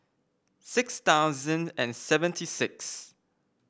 six thousand and seventy sixth